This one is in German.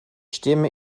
stimme